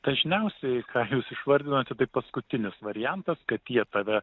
dažniausiai ką jūs išvardinot tai paskutinis variantas kad jie tada